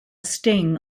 sting